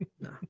No